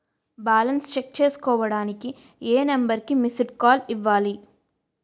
Balance check చేసుకోవటానికి ఏ number కి మిస్డ్ కాల్ ఇవ్వాలి?